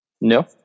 No